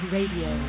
Radio